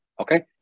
Okay